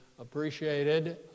appreciated